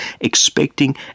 expecting